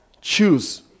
Choose